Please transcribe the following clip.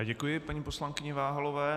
Děkuji paní poslankyni Váhalové.